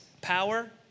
power